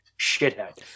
shithead